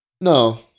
No